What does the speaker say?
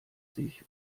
sich